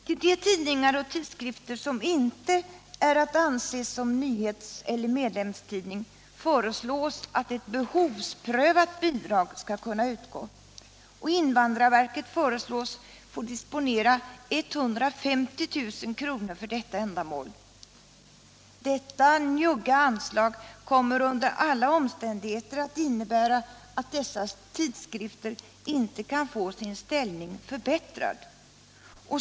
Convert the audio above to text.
Till de tidningar och tidskrifter som inte är att anse som nyhets eller medlemstidning föreslås att ett behovsprövat bidrag skall kunna utgå. Invandrarverket föreslås få disponera 150 000 kr. för det ändamålet. Detta njugga anslag kommer under alla omständigheter att innebära att sådana tidskrifter inte kan få sin ställning förbättrad.